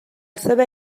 saber